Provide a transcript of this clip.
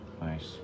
Nice